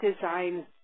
design